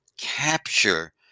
capture